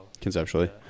Conceptually